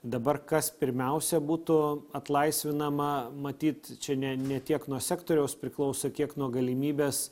dabar kas pirmiausia būtų atlaisvinama matyt čia ne ne tiek nuo sektoriaus priklauso kiek nuo galimybės